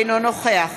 אינו נוכח